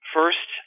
First